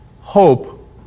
hope